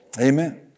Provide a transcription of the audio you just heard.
Amen